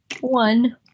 One